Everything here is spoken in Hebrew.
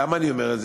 למה אני אומר את זה?